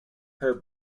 her